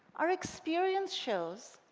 our experience shows